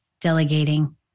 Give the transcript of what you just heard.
delegating